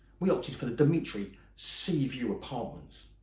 we opted for the dimitri seaview apartments.